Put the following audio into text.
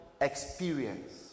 experience